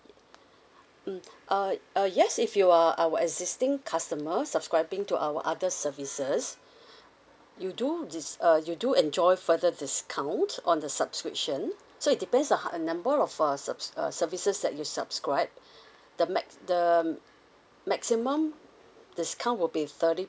mm uh uh yes if you are our existing customer subscribing to our other services you do dis~ uh you do enjoy further discount on the subscription so it depends lah a number of uh sub~ uh services that you subscribe the max the maximum discount will be thirty